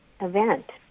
event